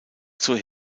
zur